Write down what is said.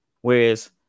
Whereas